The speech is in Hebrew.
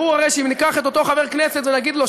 ברור הרי שאם ניקח את אותו חבר כנסת ונגיד לו,